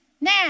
Now